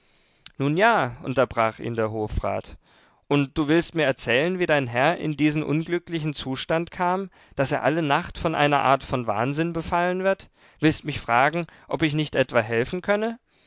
wolle nun ja unterbrach ihn der hofrat und du willst mir erzählen wie dein herr in diesen unglücklichen zustand kam daß er alle nacht von einer art von wahnsinn befallen wird willst mich fragen ob ich nicht etwa helfen könne